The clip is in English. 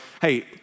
hey